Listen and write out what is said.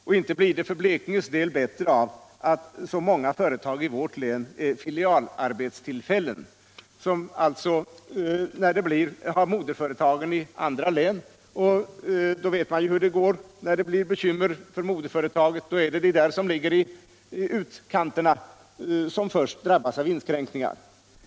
Och inte blir det för Blekinges del bättre av att så många företag i vårt län är filialarbetsplatser, som alltså har moderföretaget i annat län. Man vet ju hur det går när det blir bekymmer för moderföretagen. De som befinner sig i utkanterna drabbas först av inskränkningar.